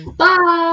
bye